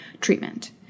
treatment